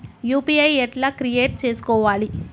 UPI ఎట్లా create చేసుకోవాలి?